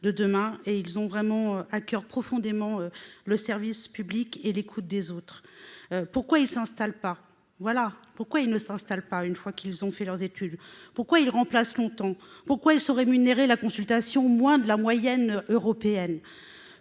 et ils ont vraiment à coeur, profondément le service public et l'écoute des autres, pourquoi il s'installe pas, voilà pourquoi il ne s'installe pas une fois qu'ils ont fait leurs études pourquoi il remplace longtemps pourquoi ils sont rémunérer la consultation, moins de la moyenne européenne,